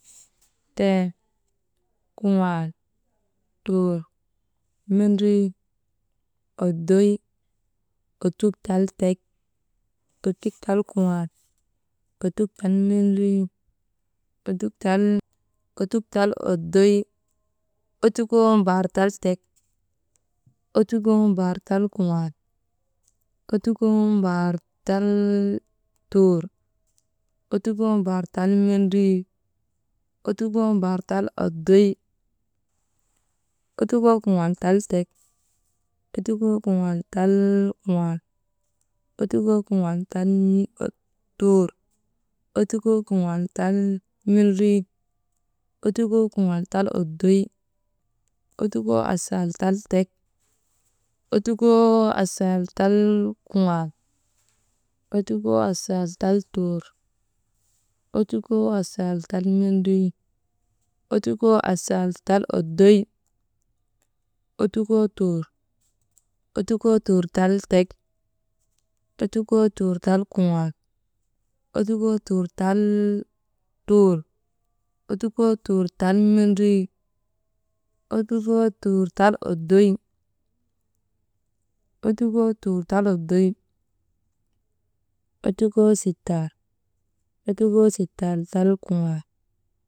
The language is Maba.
Ten, kuŋaal, tuur, mendrii, oddoy, ottuk tal tek, ottuk tal kuŋaal, ottuk tal mendrii ottuk tal ottuk tal oddoy, ottukoo mbar tal tek, ottukoo mbar tal kuŋaal, ottukoo mbar tal tuur, ottukoo mbar tal mendrii, ottukoo mbar tal oddoy, ottukoo kuŋaal tal tek, ottukoo kuŋaal tal kuŋaal, ottukoo kuŋaal tal tuur, ottukoo kuŋaal tal mendrii, ottukoo kuŋaal tal oddoy, attukoo asaal tal tek, attukoo asaal tal kuŋaal, attukoo asaal tal ku attukoo asaal tuŋaal, attukoo asaal tal tuur, attukoo asaal tal tal mendrii, ottukoo asaal tal oddoy. Ottukkoo tuur tal tek, attukoo tuur tai kuŋaal, ottukoo tuur tal tuur, ottukoo tuur tal mendrii, ottukoo tuur tal oddoy, ottukoo tuur tal oddoy ottukoo sittal, ottukoo sital tal kuŋaal.